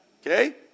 Okay